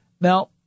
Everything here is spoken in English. Now